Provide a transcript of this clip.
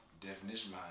definition